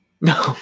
No